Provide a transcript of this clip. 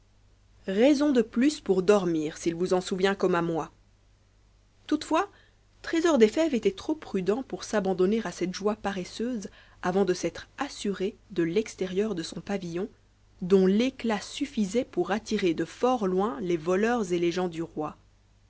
raison de plus pour dormir s'il vous en souvient comme à moi toutefois trésor des fèves était trop prudent pour s'abandonner à cette joie paresseuse avant de s'être assuré de l'extérieur de son pavillon dont l'éclat suffisait pour attirer de fort loin les voleurs et les gens du roi